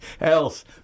else